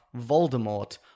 Voldemort